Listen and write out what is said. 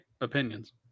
opinions